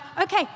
okay